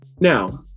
Now